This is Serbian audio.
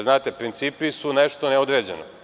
Znate, principi su nešto ne određeno.